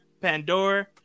Pandora